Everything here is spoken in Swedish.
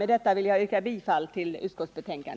Med detta vill jag yrka bifall till utskottets hemställan.